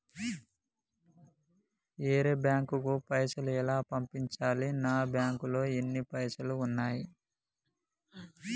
వేరే బ్యాంకుకు పైసలు ఎలా పంపించాలి? నా బ్యాంకులో ఎన్ని పైసలు ఉన్నాయి?